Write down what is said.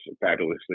fabulously